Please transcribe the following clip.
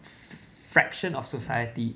f~ fraction of society